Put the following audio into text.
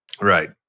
Right